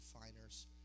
refiner's